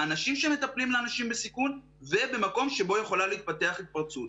לאנשים שמטפלים באנשים בסיכון ובמקום שבו יכולה להתפתח התפרצות.